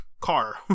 Car